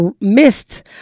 missed